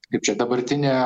kaip čia dabartinė